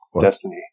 Destiny